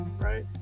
right